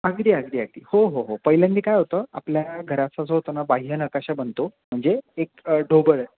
आगदी आगदी आगदी हो हो पहिल्यांदी काय होतं आपल्या घराचा जर होता ना बाह्य नकाशा बनतो म्हणजे एक ढोबळ